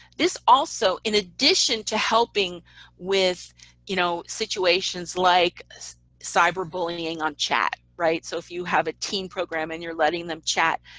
this also in addition to helping with you know situations like cyber bullying on chat. so if you have a teen program, and you're letting them chat,